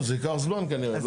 טוב, זה ייקח זמן כנראה.